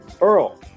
Earl